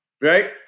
Right